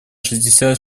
шестьдесят